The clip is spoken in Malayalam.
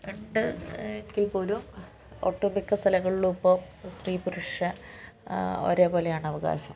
ഉണ്ട് എങ്കിൽപ്പോലും ഒട്ടുമിക്ക സ്ഥലങ്ങളിലുമിപ്പോൾ സ്ത്രീപുരുഷ ഒരേപോലെയാണ് അവകാശം